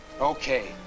Okay